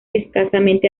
escasamente